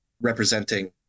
representing